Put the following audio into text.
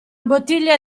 bottiglia